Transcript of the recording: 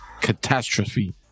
Catastrophe